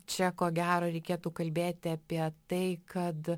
čia ko gero reikėtų kalbėti apie tai kad